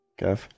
Kev